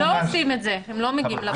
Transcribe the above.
אבל הם לא עושים את זה, הם לא מגיעים לבתים.